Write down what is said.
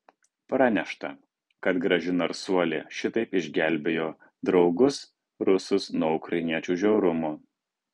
pranešta kad graži narsuolė šitaip išgelbėjo draugus rusus nuo ukrainiečių žiaurumo